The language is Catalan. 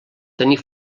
tenir